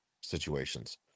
situations